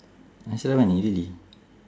extra money really